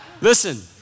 Listen